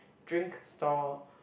drink stall